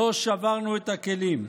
לא שברנו את הכלים,